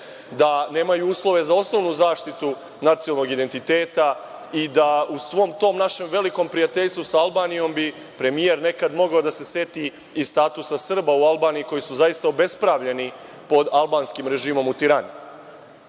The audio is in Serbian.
da nemaju uslove za osnovnu zaštitu nacionalnog identiteta i da u svom tom našem velikom prijateljstvu sa Albanijom bi premijer nekad mogao da se seti i statusa Srba u Albaniji koji su zaista obespravljeni pod albanskim režimom u